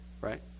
right